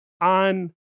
On